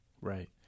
Right